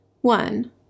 One